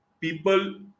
people